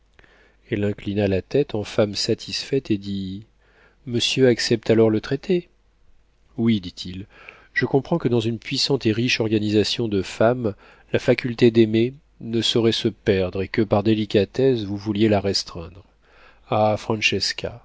elle inclina la tête en femme satisfaite et dit monsieur accepte alors le traité oui dit-il je comprends que dans une puissante et riche organisation de femme la faculté d'aimer ne saurait se perdre et que par délicatesse vous vouliez la restreindre ah